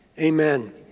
Amen